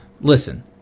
Listen